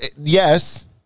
yes